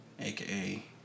aka